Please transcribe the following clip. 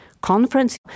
conference